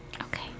Okay